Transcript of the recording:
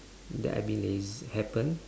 that I been lazy happen